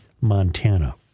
Montana